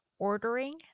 ordering